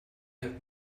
have